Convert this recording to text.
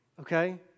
okay